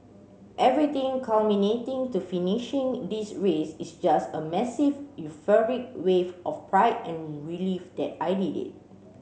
everything culminating to finishing this race is just a massive euphoric wave of pride and relief that I did it